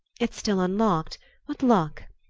it's still unlocked what luck!